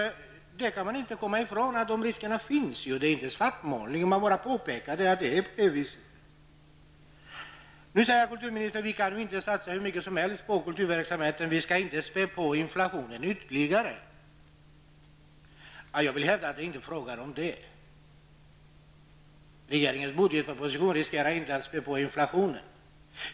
Man kan inte komma ifrån att dessa risker finns. Det är inte svartmålning om man påpekar det. Kulturministern säger att vi inte kan satsa hur mycket som helst på kulturverksamheten. Vi skall inte spä på inflationen ytterligare. Jag vill hävda att det inte är fråga om detta. Regeringens budgetproposition riskerar inte att spä på inflationen.